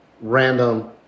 random